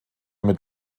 mit